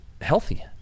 healthy